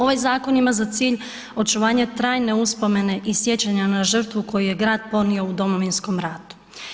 Ovaj zakon ima za cilj očuvanje trajne uspomene i sjećanja na žrtvu koju je grad podnio u Domovinskom ratu.